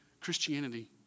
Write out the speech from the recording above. Christianity